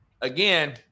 again